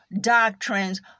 doctrines